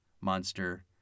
monster